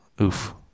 Oof